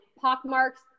pockmarks